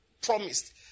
promised